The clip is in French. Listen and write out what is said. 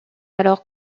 alors